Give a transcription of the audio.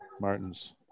Martins